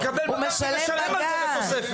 אני מקבל בגן ומשלם על זה תוספת.